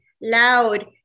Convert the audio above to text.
loud